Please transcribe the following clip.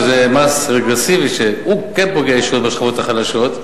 שזה מס רגרסיבי שכן פוגע ישירות בשכבות החלשות.